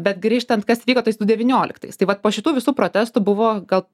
bet grįžtant kas vyko tais du devynioliktais tai vat po šitų visų protestų buvo gal